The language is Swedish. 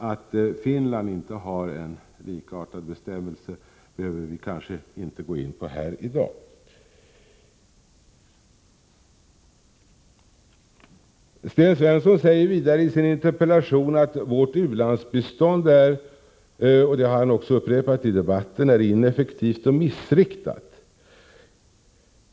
Att Finland inte har någon likartad bestämmelse behöver vi kanske inte gå in på här i dag. Sten Svensson säger vidare i sin interpellation — och det har han upprepat i debatten — att vårt u-landsbistånd är ineffektivt och missriktat.